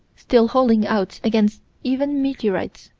still holding out against even meteorites.